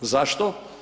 Zašto?